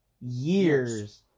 years